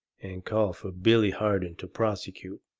and call fur billy harden to prosecute.